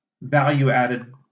value-added